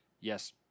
yes